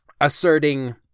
asserting